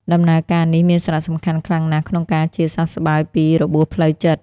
ដំណើរការនេះមានសារៈសំខាន់ខ្លាំងណាស់ក្នុងការជាសះស្បើយពីរបួសផ្លូវចិត្ត។